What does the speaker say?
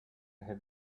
had